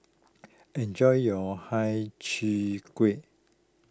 enjoy your Hai Cheong Gui